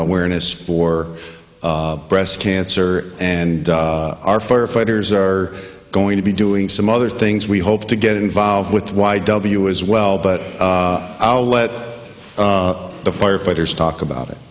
awareness for breast cancer and our firefighters are going to be doing some other things we hope to get involved with why w as well but i'll let the firefighters talk about it